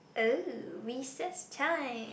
oh recess time